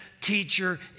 teacher